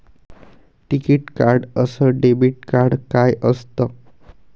टिकीत कार्ड अस debit card काय असत?